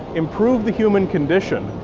improve the human condition,